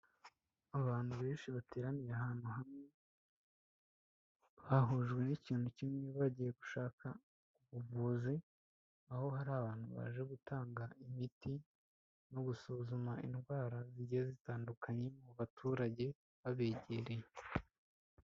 Abantu benshi bateraniye ahantu hamwe, bahujwe n'ikintu kimwe, bagiye gushaka ubuvuzi, aho hari abantu baje gutanga imiti, no gusuzuma indwara zigiye zitandukanye mu baturage babegereye.